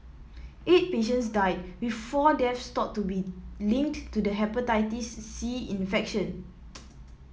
eight patients died with four deaths thought to be linked to the Hepatitis C infection